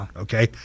okay